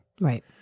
Right